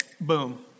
Boom